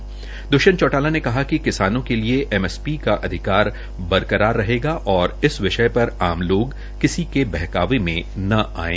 द्वष्यंत चौटाला ने कहा कि किसानों के लिए एमएसपी का अधिकार बरकरार रहेगा और इस विषय पर आम लोग किसी के बहकावे में न आयें